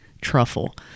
truffle